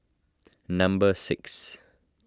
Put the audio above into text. number six